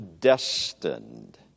destined